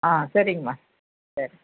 ஆ சரிங்கம்மா சரி